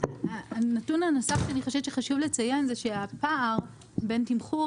הנתון הנוסף שאני חושבת שחשוב לציין הוא שהפער בין תמחור